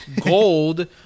Gold